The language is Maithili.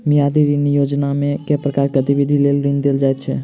मियादी ऋण योजनामे केँ प्रकारक गतिविधि लेल ऋण देल जाइत अछि